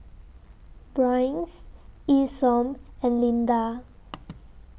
Bryce Isom and Lynda